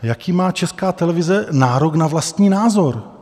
Jaký má Česká televize nárok na vlastní názor?